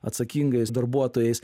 atsakingais darbuotojais